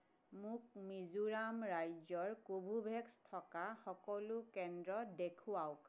মোক মিজোৰাম ৰাজ্যৰ কোভোভেক্স থকা সকলো কেন্দ্ৰ দেখুৱাওক